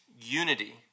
unity